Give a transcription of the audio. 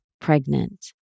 pregnant